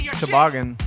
toboggan